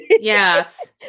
Yes